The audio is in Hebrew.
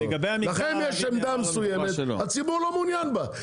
לכם יש עמדה מסוימת הציבור לא מעוניין בה,